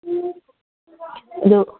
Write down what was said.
ꯑꯗꯨ